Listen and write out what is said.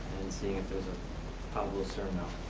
and seeing if there's a pablo serna.